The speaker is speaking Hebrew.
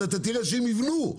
אז אתה תראה שהם יבנו.